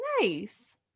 nice